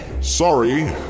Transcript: Sorry